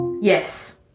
Yes